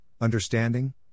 understanding